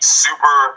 super